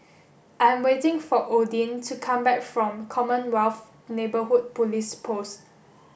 I'm waiting for Odin to come back from Commonwealth Neighbourhood Police Post